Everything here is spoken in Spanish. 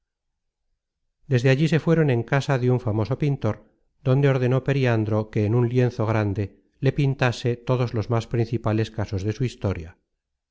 desde allí se fueron en casa de un famoso pintor donde ordenó periandro que en un lienzo grande le pintase todos los más principales casos de su historia